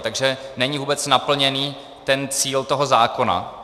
Takže není vůbec naplněný cíl toho zákona.